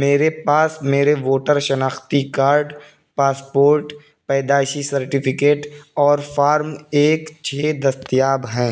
میرے پاس میرے ووٹر شناختی کارڈ پاسپورٹ پیدائشی سرٹیفکیٹ اور فارم ایک چھ دستیاب ہیں